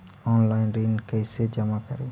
Online ऋण कैसे जमा करी?